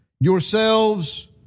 yourselves